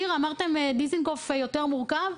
אמרתם שעיר זה יותר מורכב,